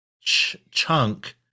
chunk